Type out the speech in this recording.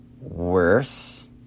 worse